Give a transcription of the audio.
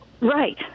Right